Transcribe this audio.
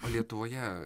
o lietuvoje